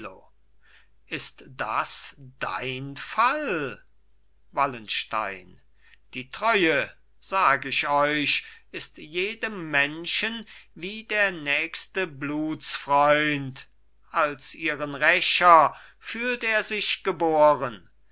ist das dein fall wallenstein die treue sag ich euch ist jedem menschen wie der nächste blutsfreund als ihren rächer fühlt er sich geboren